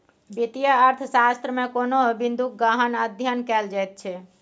वित्तीय अर्थशास्त्रमे कोनो बिंदूक गहन अध्ययन कएल जाइत छै